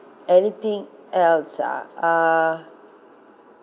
anything else ah uh